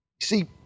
See